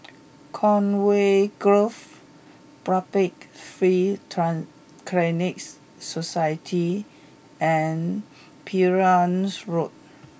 Conway Grove Public Free Clinic Society and Perahu Road